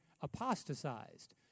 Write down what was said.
apostatized